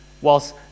whilst